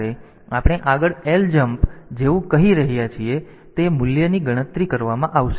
તેથી અહીં જ્યારે આપણે આગળ ljmp જેવું કહી રહ્યા છીએ ત્યારે તે મૂલ્યની ગણતરી કરવામાં આવશે